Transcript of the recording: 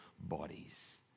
bodies